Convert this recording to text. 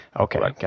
Okay